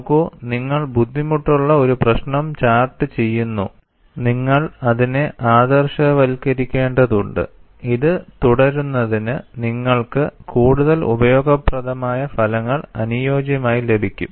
നോക്കൂ നിങ്ങൾ ബുദ്ധിമുട്ടുള്ള ഒരു പ്രശ്നം ചാർട്ട് ചെയ്യുന്നു നിങ്ങൾ അതിനെ ആദർശവൽക്കരിക്കേണ്ടതുണ്ട്ഇത് തുടരുന്നതിന് നിങ്ങൾക്ക് കൂടുതൽ ഉപയോഗപ്രദമായ ഫലങ്ങൾ അനുയോജ്യമായി ലഭിക്കും